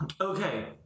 okay